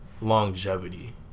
longevity